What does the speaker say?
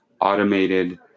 automated